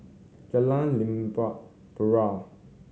Jalan Limau Purut